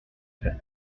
faite